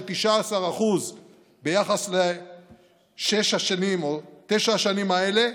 19% ביחס לשש השנים או לתשע השנים האלה,